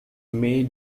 may